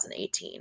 2018